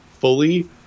fully –